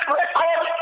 record